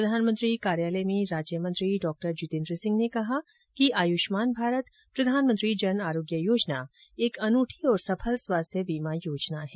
प्रधानमंत्री कार्यालय में राज्य मंत्री डॉ जीतेंद्र सिंह ने कहा है कि आयुष्मान भारत प्रधानमंत्री जन आरोग्य योजना एक अनूठी और सफल स्वास्थ्य बीमा योजना है